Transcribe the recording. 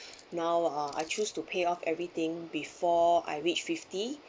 now uh I choose to pay off everything before I reached fifty